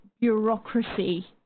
bureaucracy